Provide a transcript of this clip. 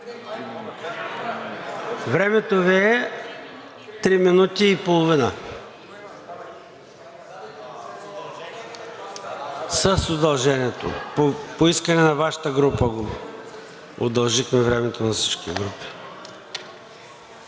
Времето Ви е три минути и половина с удължението. По искане на Вашата група удължихме времето на всички групи.